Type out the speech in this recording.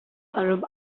arab